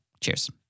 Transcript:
Cheers